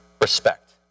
respect